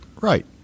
right